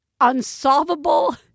unsolvable